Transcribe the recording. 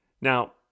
Now